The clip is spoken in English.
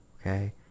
Okay